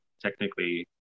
technically